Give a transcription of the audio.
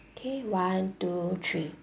okay one two three